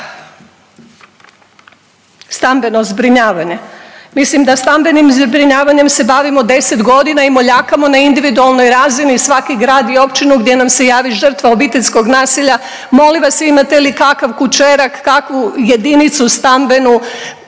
Stambeno zbrinjavanje, mislim da stambenim zbrinjavanjem se bavimo deset godina i moljakamo na individualnoj razini svaki grad i općinu gdje nam se javi žrtva obiteljskog nasilja, molim vas imate li kakav kućerak, kakvu jedinicu stambenu,